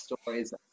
stories